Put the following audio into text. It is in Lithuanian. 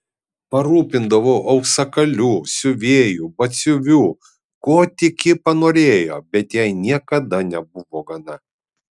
parūpindavau auksakalių siuvėjų batsiuvių ko tik ji panorėdavo bet jai niekada nebuvo gana